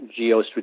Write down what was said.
geostrategic